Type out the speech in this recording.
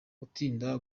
utinda